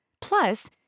Plus